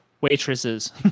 waitresses